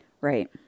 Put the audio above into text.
Right